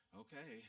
okay